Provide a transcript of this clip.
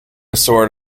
sort